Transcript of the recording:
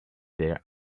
their